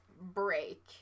break